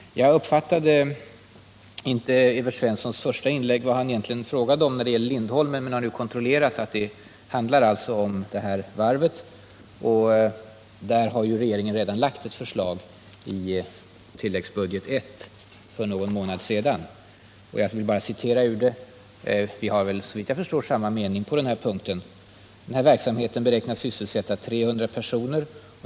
Jag hörde inte vad Evert Svensson egentligen frågade om i sitt första inlägg. Men det gäller alltså Lindholmens varv. Där har ju regeringen redan lagt fram ett förslag i tilläggsbudget I för någon månad sedan. Evert Svensson och jag har såvitt jag förstår samma mening på den punkten. Denna verksamhet beräknas sysselsätta ca 300 personer.